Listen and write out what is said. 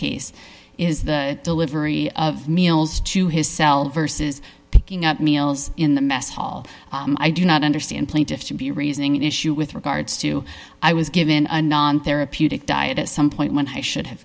case is the delivery of meals to his cell verses picking up meals in the mess hall i do not understand plaintiffs to be raising an issue with regards to i was given a non therapeutic diet at some point when i should have